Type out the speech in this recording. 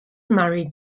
married